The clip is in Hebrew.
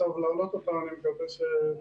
בקושי,